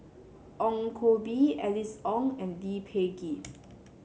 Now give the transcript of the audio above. Ong Koh Bee Alice Ong and Lee Peh Gee